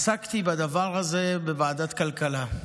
עסקתי בדבר הזה בוועדת הכלכלה,